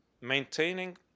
maintaining